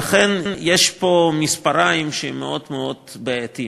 לכן, יש פה מספריים שהם מאוד מאוד בעייתיים.